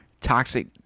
toxic